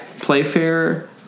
Playfair